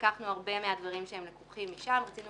לקחנו הרבה מהדברים שהם לקוחים משם וניסינו